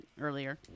earlier